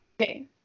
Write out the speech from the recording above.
Okay